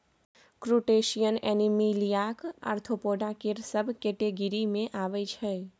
crustacean एनीमिलियाक arthropoda केर सब केटेगिरी मे अबै छै